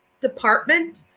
department